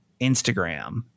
Instagram